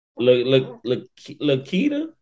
Lakita